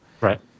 Right